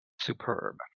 Superb